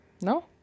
No